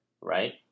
right